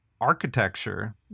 architecture